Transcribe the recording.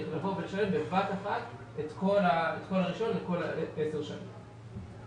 בבת אחת את כל הרישיון לכל עשר השנים.